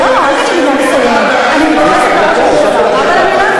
אבל אני לא יכולה לדבר ככה.